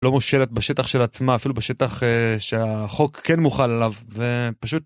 לא מושלת בשטח של עצמה אפילו בשטח שהחוק כן מוכל עליו ופשוט.